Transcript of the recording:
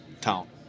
town